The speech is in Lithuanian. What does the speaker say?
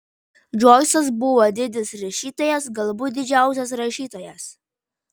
džoisas buvo didis rašytojas galbūt didžiausias rašytojas